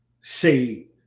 say